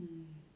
mm